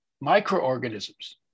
microorganisms